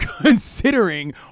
considering